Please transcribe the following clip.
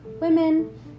women